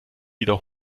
wieder